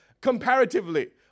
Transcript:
comparatively